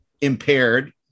impaired